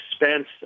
expense